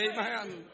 Amen